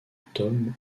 tomes